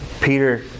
Peter